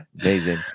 Amazing